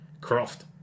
Croft